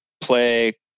play